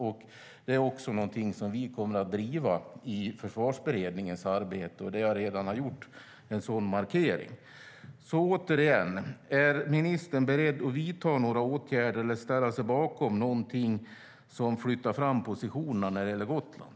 Vi kommer också att driva det i Försvarsberedningens arbete, där jag redan har gjort en sådan markering. Återigen, är ministern beredd att vidta några åtgärder eller ställa sig bakom någonting som flyttar fram positionerna när det gäller Gotland?